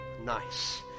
Nice